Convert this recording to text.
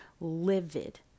livid